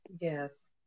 Yes